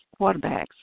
quarterbacks